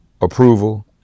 approval